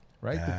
right